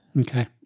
Okay